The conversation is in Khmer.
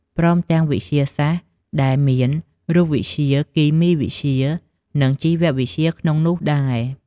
ព្រមទាំងវិទ្យាសាស្ត្រដែលមាន រូបវិទ្យា គីមីវិទ្យា និងជីវៈវិទ្យាក្នុងនោះដែរ។